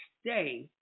stay